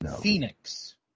Phoenix